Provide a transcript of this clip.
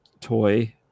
toy